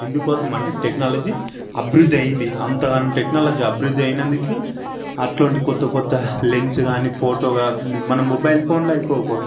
ఎందుకోసం అంటే టెక్నాలజీ అభివృద్ధి అయింది అంత అం టెక్నాలజీ అభివృద్ధి అయినందుకే అట్లాంటి కొత్తకొత్త లెన్సు కానీ ఫోటో కానీ మన మొబైల్ ఫోన్